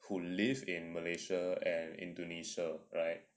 who live in malaysia and indonesia right